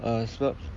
err sebab